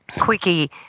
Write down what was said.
quickie